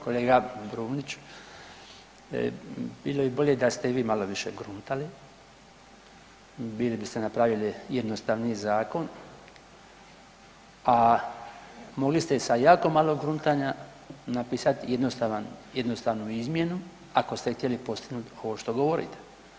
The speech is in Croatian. Kolega Brumnić, bilo bi bolje da ste i vi malo više gruntali, bili biste napravili jednostavniji zakon a mogli ste sa jako malo gruntanja napisati jednostavnu izmjenu ako ste htjeli postignuti ovo što govorite.